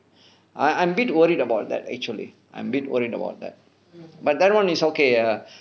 I I'm a bit worried about that actually I'm a bit worried about that but that [one] is okay err